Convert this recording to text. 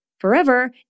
forever